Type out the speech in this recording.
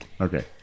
Okay